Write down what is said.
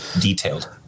detailed